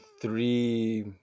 three